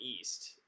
East